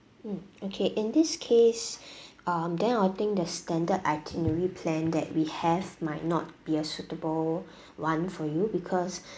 mm okay in this case um then I will think the standard itinerary plan that we have might not be a suitable one for you because